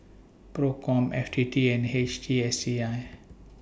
PROCOM F T T and H T S C I